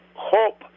hope